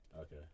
Okay